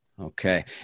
Okay